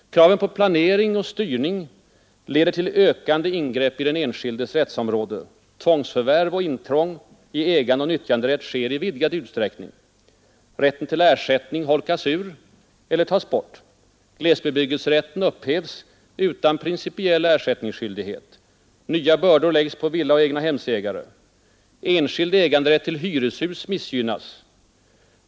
Kraven på planering och styrning leder till ökande ingrepp i den enskildes rättsområde. Tvångsförvärv och intrång i ägandeoch nyttjanderätt sker i vidgad utsträckning. Rätten till ersättning holkas ur eller tas bort. Glesbebyggelserätten upphävs utan principiell ersättningsskyldighet. Nya bördor läggs på villaoch egnahemsägare. Enskild äganderätt till hyreshus missgynnas.